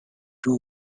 two